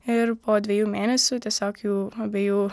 ir po dviejų mėnesių tiesiog jų abiejų